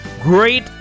Great